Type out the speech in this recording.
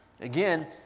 Again